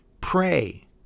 pray